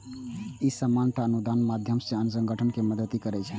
ई सामान्यतः अनुदानक माध्यम सं अन्य संगठन कें मदति करै छै